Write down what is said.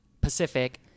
Pacific